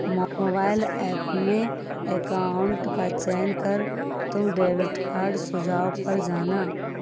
mobile app में account का चयन कर तुम डेबिट कार्ड सुझाव पर जाना